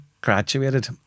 graduated